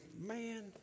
man